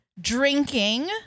drinking